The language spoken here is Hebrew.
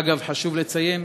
אגב, חשוב לציין